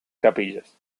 capillas